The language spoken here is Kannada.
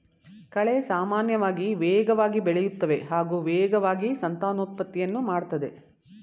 ಕಳೆ ಸಾಮಾನ್ಯವಾಗಿ ವೇಗವಾಗಿ ಬೆಳೆಯುತ್ತವೆ ಹಾಗೂ ವೇಗವಾಗಿ ಸಂತಾನೋತ್ಪತ್ತಿಯನ್ನು ಮಾಡ್ತದೆ